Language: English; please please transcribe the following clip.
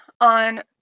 on